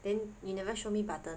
then you never show me Button